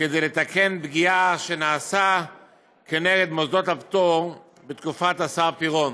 כדי לתקן פגיעה שנעשתה נגד מוסדות הפטור בתקופת השר פירון.